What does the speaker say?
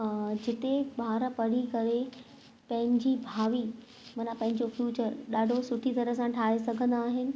जिते ॿार पढ़ी करे पंहिंजी भावी माना पंहिंजो फ़्यूचर ॾाढो सुठी तरह सां ठाहे सघंदा आहिनि